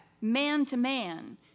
man-to-man